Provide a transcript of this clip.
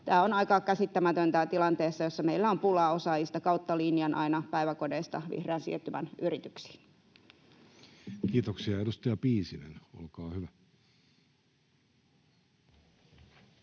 Tämä on aika käsittämätöntä tilanteessa, jossa meillä on pulaa osaajista kautta linjan aina päiväkodeista vihreän siirtymän yrityksiin. [Speech 113] Speaker: Jussi Halla-aho